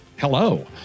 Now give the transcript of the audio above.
hello